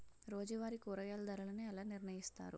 రోజువారి కూరగాయల ధరలను ఎలా నిర్ణయిస్తారు?